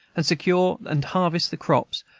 and secure and harvest the crops,